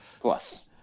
Plus